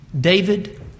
David